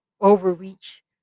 overreach